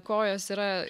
kojos yra